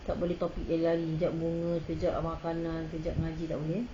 tak boleh topic lari-lari sekejap bunga sekejap makanan sekejap ngaji tak boleh eh